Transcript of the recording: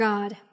God